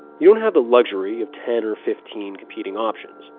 you don't have the luxury of ten or fifteen competing options.